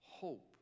hope